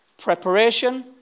Preparation